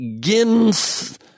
Gins